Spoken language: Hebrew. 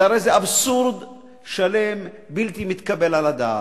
והרי זה אבסורד שלם, בלתי מתקבל על הדעת.